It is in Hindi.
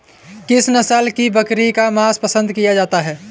किस नस्ल की बकरी का मांस पसंद किया जाता है?